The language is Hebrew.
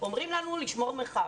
אומרים לנו לשמור מרחק,